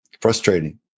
frustrating